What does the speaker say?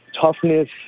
toughness